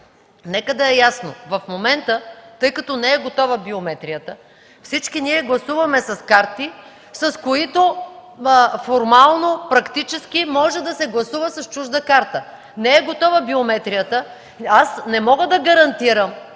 Нека да е ясно – в момента, тъй като не е готова биометрията, всички ние гласуваме с карти, с които формално практически може да се гласува с чужда карта. Не е готова биометрията и аз не мога да гарантирам.